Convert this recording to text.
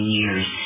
years